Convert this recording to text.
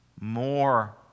more